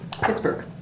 Pittsburgh